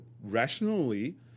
rationally